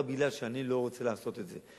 רק מפני שאני לא רוצה לעשות את זה.